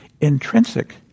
intrinsic